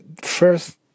First